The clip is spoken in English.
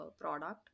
product